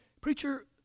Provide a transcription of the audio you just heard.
Preacher